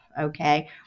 okay